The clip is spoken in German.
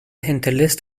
hinterlässt